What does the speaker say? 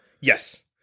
Yes